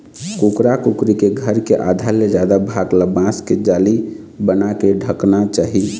कुकरा कुकरी के घर के आधा ले जादा भाग ल बांस के जाली बनाके ढंकना चाही